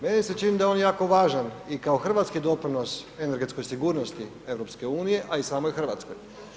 Meni se čini da je on jako važan i kao hrvatski doprinos energetskoj sigurnosti EU, a i samoj Hrvatskoj.